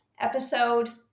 episode